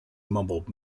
mumbled